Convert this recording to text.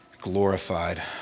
glorified